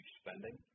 spending